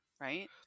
right